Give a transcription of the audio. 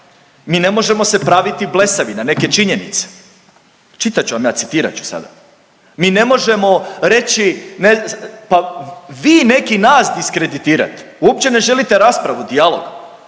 Mi ne možemo se praviti blesavi na neke činjenice, čitat ću vam ja, citirat ću sada. Mi ne možemo reći pa vi neki nas diskreditirate, uopće ne želite raspravu, dijalog